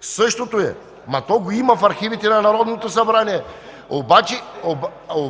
Същото е! Това го има в архивите на Народното събрание. (Шум и реплики от